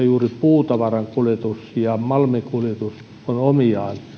juuri puutavaran kuljetus ja malmin kuljetus on omiaan